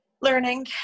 learning